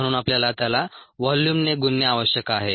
म्हणून आपल्याला त्याला व्हॉल्यूमने गुणणे आवश्यक आहे